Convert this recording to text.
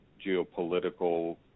geopolitical